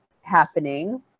happening